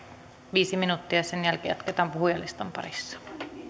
viisi minuuttia ja sen jälkeen jatketaan puhujalistan parissa